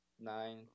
nine